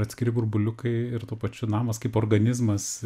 atskiri burbuliukai ir tuo pačiu namas kaip organizmas